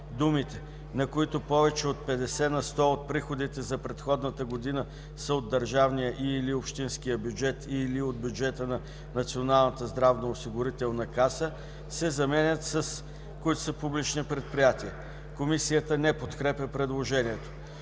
думите „на които повече от 50 на сто от приходите за предходната година са от държавния и/или общинския бюджет, и/или от бюджета на Националната здравноосигурителна каса” се заменят с „които са публични предприятия”.” Комисията не подкрепя предложението.